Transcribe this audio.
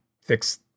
fix